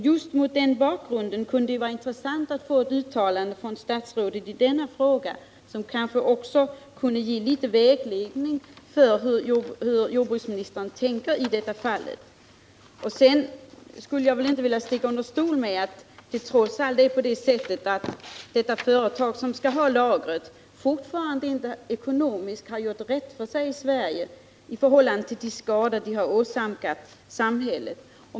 Just mot den bakgrunden kunde det vara intressant att av jordbruksministern få ett uttalande i denna fråga som också kunde ge vägledning beträffande jordbruksministerns inställning. Det företag som skall ha detta lager har fortfarande inte gjort rätt för sig i Sverige för de skador som det har förorsakat samhället.